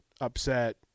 upset